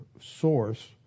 source